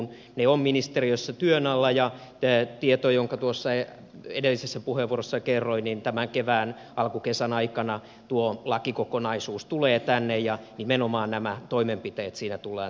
ne ovat ministeriössä työn alla ja tieto jonka tuossa edellisessä puheenvuorossa kerroin on että tämän kevään alkukesän aikana tuo lakikokonaisuus tulee tänne ja nimenomaan nämä toimenpiteet siinä tullaan tekemään